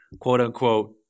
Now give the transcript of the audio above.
quote-unquote